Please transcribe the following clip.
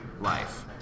life